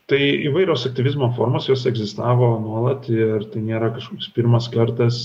tai įvairios aktyvizmo formos jos egzistavo nuolat ir tai nėra kažkoks pirmas kartas